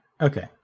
okay